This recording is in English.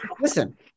Listen